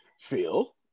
Phil